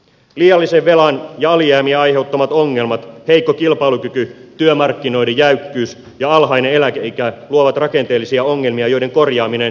liiallisen velan ja alijäämien aiheuttamat ongelmat heikko kilpailukyky työmarkkinoiden jäykkyys ja alhainen eläkeikä luovat rakenteellisia ongelmia joiden korjaaminen vie aikansa